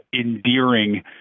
endearing